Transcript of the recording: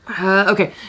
Okay